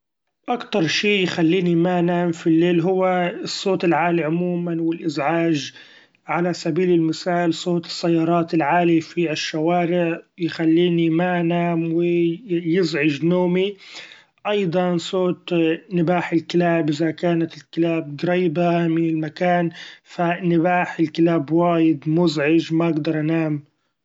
أكتر شي يخليني ما نام في الليل هو الصوت العالي عموما و الإزعاج علي سبيل المثال: صوت السيارات العالي في الشوارع يخليني ما نام و يزعج نومي ، أيضا صوت نباح الكلاب إذا كانت الكلاب قريبة من المكان ف نباح الكلاب وايد مزعج ما اقدر انام.